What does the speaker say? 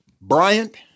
Bryant